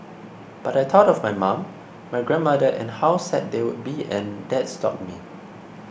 but I thought of my mum my grandmother and how sad they would be and that stopped me